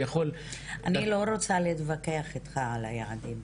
--- אני לא רוצה להתווכח איתך על היעדים,